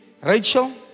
Rachel